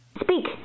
Speak